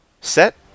set